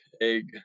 egg